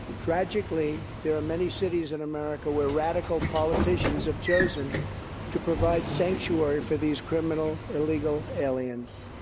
tragically, there are many cities in america where radical politicians have chosen to provide sanctuary for these criminal illegal aliens.